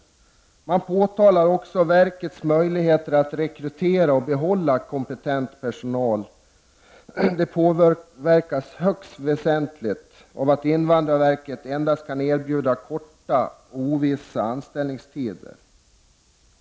Man talar också om verkets möjlighet att rekrytera och behålla kompetent personal. De påverkas högst väsentligt av att invandrarverket endast kan erbjuda korta och ovissa anställningstider.